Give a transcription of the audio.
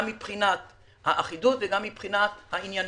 מבחינת האחידות וגם מבחינת הענייניות,